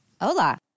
Hola